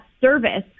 service